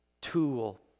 tool